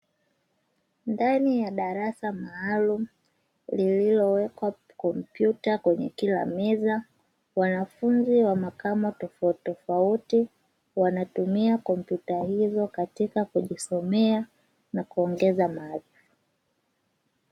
Ndani ya darasa maalumu lililowekwa kompyuta kwenye kila meza, wanafunzi wa makamo tofautitofauti wanatumia kompyuta hizo katika kujisomea na kuongeza maarifa.